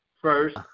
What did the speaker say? first